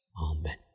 Amen